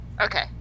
Okay